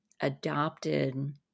adopted